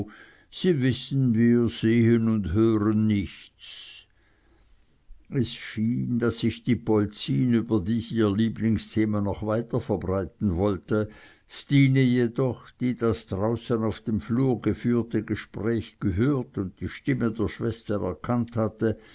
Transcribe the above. sie wissen wir sehen und hören nichts es schien daß sich die polzin über dies ihr lieblingsthema noch weiter verbreiten wollte stine jedoch die das draußen auf dem flur geführte gespräch gehört und die stimme der schwester erkannt hatte